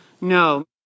No